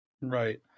Right